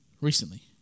recently